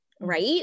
Right